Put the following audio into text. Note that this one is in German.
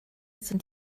sind